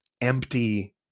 empty